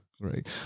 Great